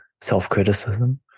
self-criticism